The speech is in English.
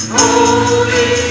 holy